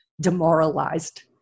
demoralized